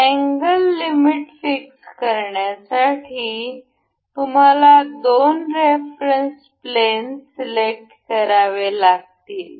angle limit fix करण्यासाठी आम्हाला पुन्हा दोन रेफरन्स प्लेन सिलेक्ट करावे लागतील